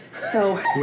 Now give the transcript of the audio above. So-